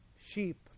sheep